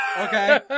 Okay